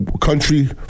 country